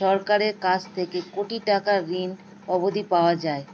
সরকারের কাছ থেকে কোটি টাকার ঋণ অবধি পাওয়া যায়